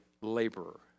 laborer